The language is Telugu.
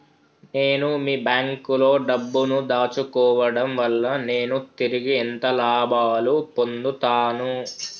నేను మీ బ్యాంకులో డబ్బు ను దాచుకోవటం వల్ల నేను తిరిగి ఎంత లాభాలు పొందుతాను?